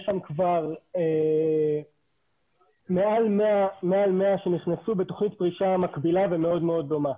שם כבר מעל 100 שנכנסו בתוכנית פרישה מקבילה ומאוד מאוד דומה.